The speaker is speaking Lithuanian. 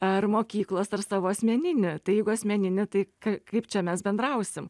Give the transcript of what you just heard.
ar mokyklos ar savo asmeninį tai jeigu asmeninį tai kaip čia mes bendrausim